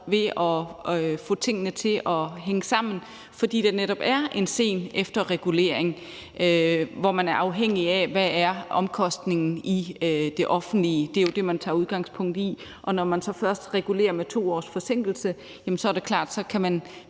ved at få tingene til at hænge sammen, fordi det netop er en sen efterregulering, hvor man er afhængig af, hvad omkostningerne er i det offentlige – det er jo det, man tager udgangspunkt i – og når man så regulerer med 2 års forsinkelse, er det klart, at man med